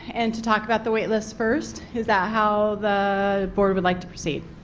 and to talk about the wait lists first. is that how the board would like to proceed?